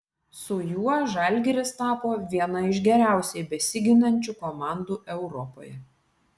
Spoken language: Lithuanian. su juo žalgiris tapo viena iš geriausiai besiginančių komandų europoje